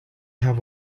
have